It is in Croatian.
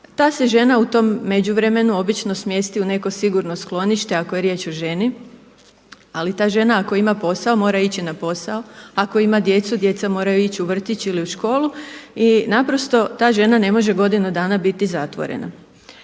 Ta se žena u tom međuvremenu obično smjesti u neko sigurno sklonište ako je riječ o ženi, ali ta žena ako ima posao mora ići na posao, ako ima djecu djeca moraju ići u vrtić ili u školu i naprosto ta žena ne može godinu dana biti zatvorena.